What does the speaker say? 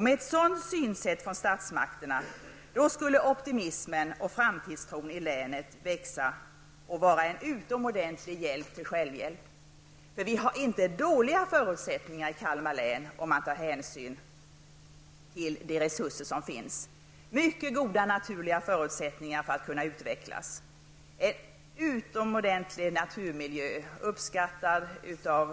Med ett sådant synsätt från statsmakterna skulle optimismen och framtidstron i länet växa och vara en utomordentlig hjälp till självhjälp. Förutsättningarna i Kalmar län är inte dåliga, om man tar hänsyn till de resurser som finns. Kalmar län har mycket goda naturliga förutsättningar för att kunna utvecklas. Länet har en utmärkt naturmiljö som är uppskattad av